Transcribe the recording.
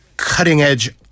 Cutting-edge